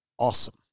Awesome